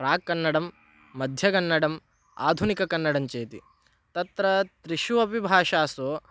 प्राक् कन्नडं मध्यकन्नडम् आधुनिककन्नडञ्चेति तत्र त्रिषु अपि भाषासु